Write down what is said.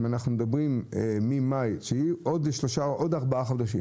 כלומר לאחר ארבעה חודשים.